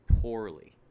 poorly